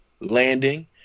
landing